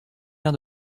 bien